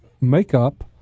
makeup